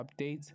updates